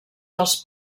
dels